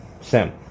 sim